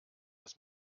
dass